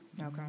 Okay